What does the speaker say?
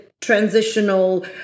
transitional